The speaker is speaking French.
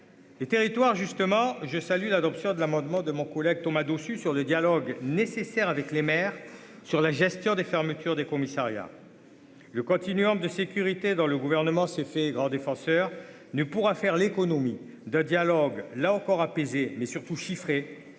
Les territoires justement je salue l'adoption de l'amendement de mon collègue Thomas Dossus sur le dialogue nécessaire avec les maires, sur la gestion des fermetures des commissariats le continueront de sécurité dans le gouvernement s'est fait grand défenseur ne pourra faire l'économie de dialogues là encore apaisé mais surtout chiffrés